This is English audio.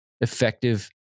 effective